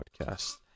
podcast